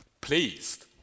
pleased